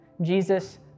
Jesus